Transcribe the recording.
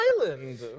island